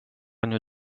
une